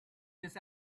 this